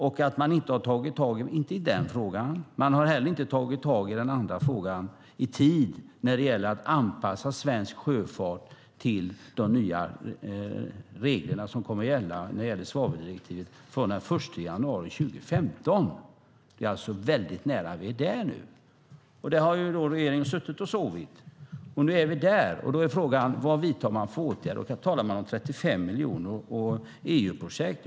Regeringen har inte tagit tag i den frågan och inte heller den andra frågan i tid när det gäller att anpassa svensk sjöfart till de nya regler som kommer att gälla från den 1 januari 2015 med svaveldirektivet. Det är väldigt nära nu, men regeringen har suttit och sovit när det gäller detta. Frågan är då vad man vidtar för åtgärder. Här talas det om 35 miljoner och EU-projekt.